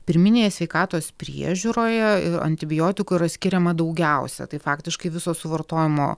pirminėje sveikatos priežiūroje antibiotikų yra skiriama daugiausia tai faktiškai viso suvartojamo